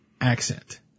accent